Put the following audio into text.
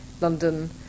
London